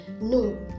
No